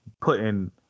putting